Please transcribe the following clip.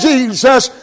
Jesus